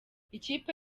ikipe